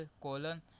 colon